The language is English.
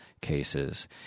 cases